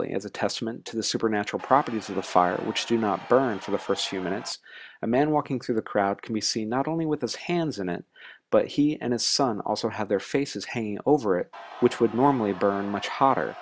lastly as a testament to the supernatural properties of the fire which do not burn for the first few minutes a man walking through the crowd can be seen not only with his hands in it but he and his son also have their faces hanging over it which would normally burn much hotter